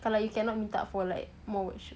kalau you cannot minta for like more wish